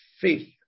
faith